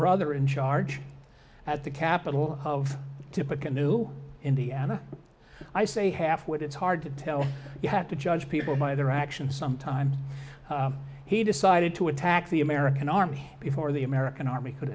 brother in charge at the capital of to pick a new indiana i say halfwit it's hard to tell you have to judge people by their actions sometimes he decided to attack the american army before the american army could